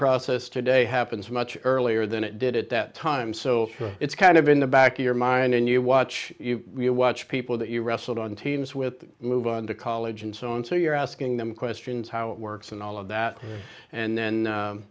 process today happens much earlier than it did at that time so it's kind of in the back of your mind and you watch you watch people that you wrestled on teams with move on to college and so on so you're asking them questions how it works and all of that and then